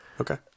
okay